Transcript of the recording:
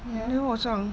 ya